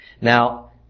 Now